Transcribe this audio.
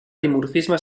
dimorfisme